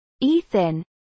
Ethan